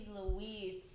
Louise